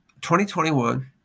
2021